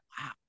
Wow